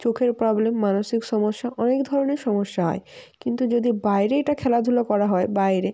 চোখের প্রবলেম মানসিক সমস্যা অনেক ধরনের সমস্যা হয় কিন্তু যদি বাইরে এটা খেলাধুলো করা হয় বাইরে